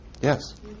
Yes